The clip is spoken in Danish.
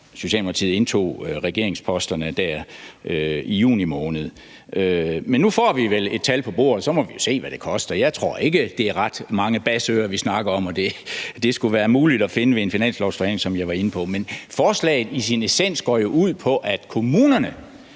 Socialdemokratiet indtog regeringsposterne i juni måned. Men nu får vi vel et tal på bordet, og så må vi jo se, hvad det koster. Jeg tror ikke, det er ret mange basseører, vi snakker om, og det skulle være muligt at finde det ved en finanslovsforhandling, som jeg var inde på. Men forslaget i sin essens går jo ud på, at kommunerne